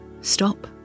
stop